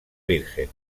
virgen